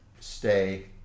stay